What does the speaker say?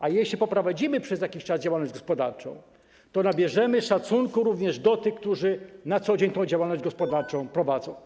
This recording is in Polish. A jeśli poprowadzimy przez jakichś czas działalność gospodarczą, to nabierzemy szacunku również do tych, który na co dzień tę działalność gospodarczą prowadzą.